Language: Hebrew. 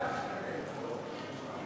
נו.